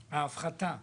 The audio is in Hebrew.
ההפחתה.